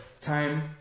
time